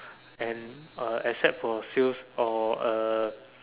and uh except for sales or uh